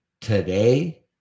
today